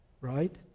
Right